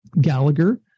Gallagher